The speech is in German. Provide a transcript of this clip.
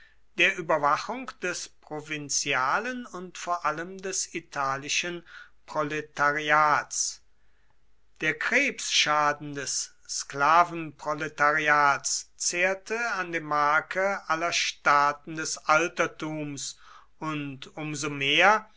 der überwachung des provinzialen und vor allem des italischen proletariats der krebsschaden des sklavenproletariats zehrte an dem marke aller staaten des altertums und um so mehr